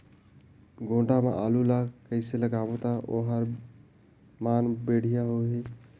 गोडा मा आलू ला कइसे लगाबो ता ओहार मान बेडिया होही?